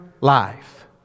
life